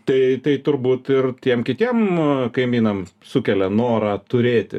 tai tai turbūt ir tiem kitiem kaimynam sukelia norą turėti